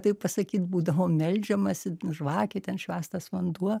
taip pasakyt būdavo meldžiamasi žvakė ten švęstas vanduo